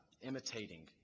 imitating